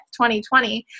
2020